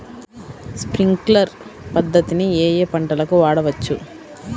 Sprinkler పద్ధతిని ఏ ఏ పంటలకు వాడవచ్చు?